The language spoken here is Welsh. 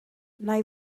nai